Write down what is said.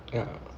ya